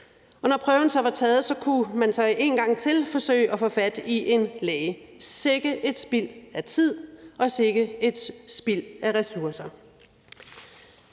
da prøven så var taget, kunne man så en gang til forsøge at få fat i en læge. Sikke et spild af tid, og sikke et spild af ressourcer.